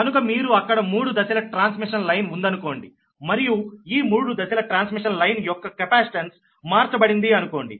కనుక మీరు అక్కడ మూడు దశల ట్రాన్స్మిషన్ లైన్ ఉందనుకోండి మరియు ఈ మూడు దశల ట్రాన్స్మిషన్ లైన్ యొక్క కెపాసిటెన్స్ మార్చబడింది అనుకోండి